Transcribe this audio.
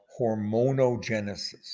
hormonogenesis